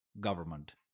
government